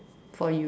for you